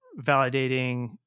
validating